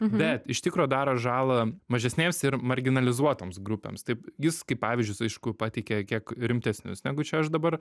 bet iš tikro daro žalą mažesnėms ir marginalizuotoms grupėms taip jis kaip pavyzdžius aišku pateikė kiek rimtesnius negu čia aš dabar